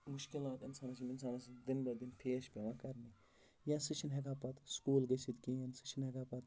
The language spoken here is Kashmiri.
مُشکلات اِنسانَس چھِ یِم اِنسانَس دِن بَدِن فیس چھِ پٮ۪وان کَرٕنہِ یہِ ہَسا چھِنہٕ ہٮ۪کان پَتہٕ سکوٗل گٔژھِتھ کِہیٖنۍ سُہ چھِنہٕ ہٮ۪کان پَتہٕ